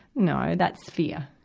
no, that's fear.